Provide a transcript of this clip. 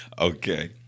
Okay